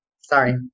Sorry